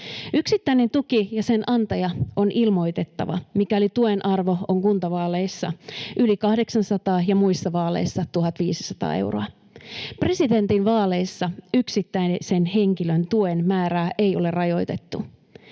Yksittäinen tuki ja sen antaja on ilmoitettava, mikäli tuen arvo on kuntavaaleissa yli 800 ja muissa vaaleissa 1 500 euroa. Presidentinvaaleissa yksittäisen henkilön tuen määrää ei ole rajoitettu.